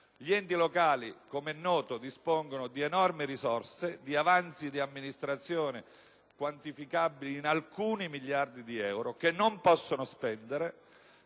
Gli enti locali, com'è noto, dispongono di enormi risorse, di avanzi di amministrazione quantificabili in alcuni miliardi di euro che non possono spendere.